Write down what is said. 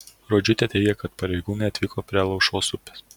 rodžiūtė teigia kad pareigūnai atvyko prie alaušos upės